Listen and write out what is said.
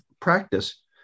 practice